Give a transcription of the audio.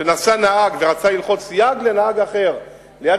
כשנסע נהג ורצה ללחוץ יד לנהג אחר ליד